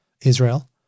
Israel